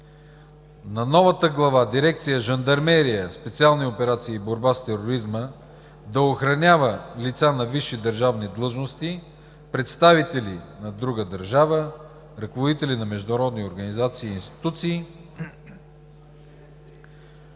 в новата глава „Дирекция „Жандармерия, специални операции и борба с тероризма“ да охранява лица на висши държавни длъжности, представители на друга държава, ръководители на международни организации и институции,